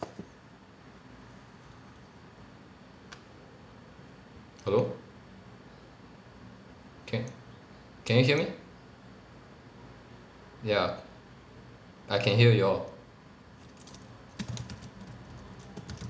hello can can you hear me ya I can hear you all